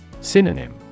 Synonym